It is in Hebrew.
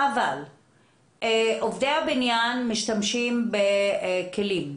אבל עובדי הבנייה משתמשים בכלים,